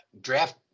draft